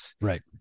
right